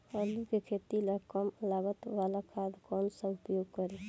आलू के खेती ला कम लागत वाला खाद कौन सा उपयोग करी?